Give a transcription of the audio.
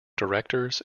directors